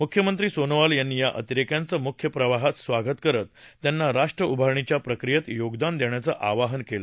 मुख्यमंत्री सोनोवाल यांनी या अतिरेक्यांचं मुख्य प्रवाहात स्वागत करत त्यांना राष्ट्रउभारणीच्या प्रक्रियेत योगदान देण्याचं आवाहन केलं